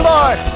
Lord